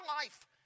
life